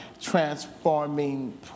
transforming